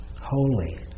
holy